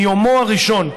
מיומו הראשון,